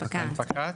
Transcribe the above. הנפקה?